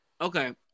Okay